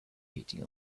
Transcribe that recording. heating